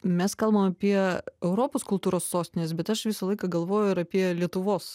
mes kalbam apie europos kultūros sostines bet aš visą laiką galvoju ir apie lietuvos